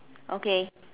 okay